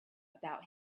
about